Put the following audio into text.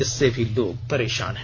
इससे भी लोग परेशान हैं